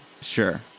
Sure